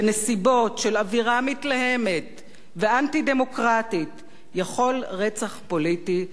מתלהמת ואנטי-דמוקרטית יכול רצח פוליטי להתבצע שוב,